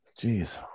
Jeez